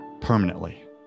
permanently